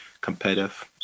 competitive